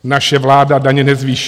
Naše vláda daně nezvýší.